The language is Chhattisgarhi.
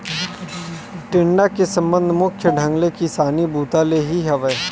टेंड़ा के संबंध मुख्य ढंग ले किसानी बूता ले ही हवय